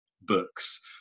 books